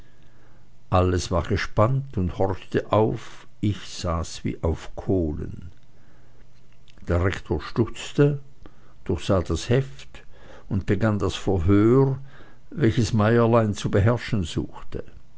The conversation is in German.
alles war gespannt und horchte auf ich saß wie auf kohlen der rektor stutzte durchsah das heft und begann das verhör welches meierlein zu beherrschen suchte